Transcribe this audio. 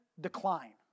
decline